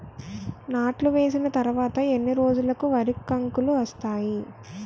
నాట్లు వేసిన తర్వాత ఎన్ని రోజులకు వరి కంకులు వస్తాయి?